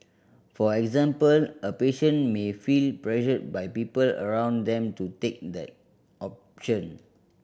for example a patient may feel pressured by people around them to take the option